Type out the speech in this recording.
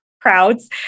crowds